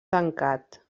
tancat